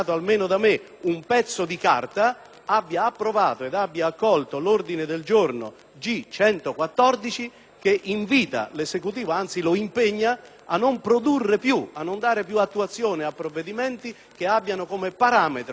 che impegna l'Esecutivo a non produrre più e a non dare più attuazione a provvedimenti che abbiano come parametro istituzionale territoriale discriminante quello del capoluogo di Provincia.